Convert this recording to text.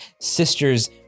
sisters